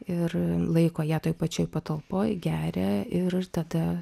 ir laiko ją toj pačioj patalpoj geria ir tada